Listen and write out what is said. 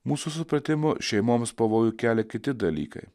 mūsų supratimu šeimoms pavojų kelia kiti dalykai